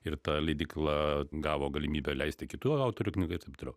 ir ta leidykla gavo galimybę leisti kitų autorių knygas ir taip toliau